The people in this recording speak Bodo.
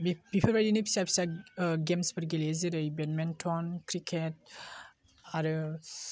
बे बेफोरबायदिनो फिसा फिसा गेम्स फोर गेलेयो जेरै बेदमिन्टन क्रिकेट आरो